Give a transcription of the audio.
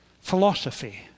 philosophy